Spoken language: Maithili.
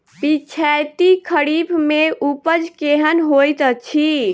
पिछैती खरीफ मे उपज केहन होइत अछि?